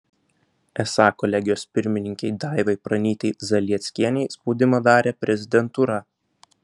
esą kolegijos pirmininkei daivai pranytei zalieckienei spaudimą darė prezidentūra